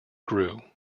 grew